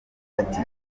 ati